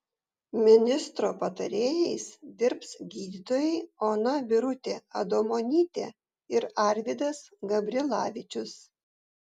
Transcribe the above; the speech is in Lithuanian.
ministro patarėjais dirbs gydytojai ona birutė adomonytė ir arvydas gabrilavičius